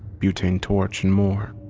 butane torch and more.